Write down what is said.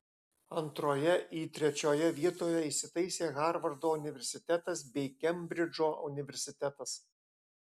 antroje į trečioje vietoje įsitaisė harvardo universitetas bei kembridžo universitetas